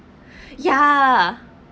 ya